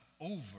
over